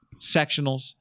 sectionals